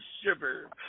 shiver